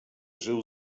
żył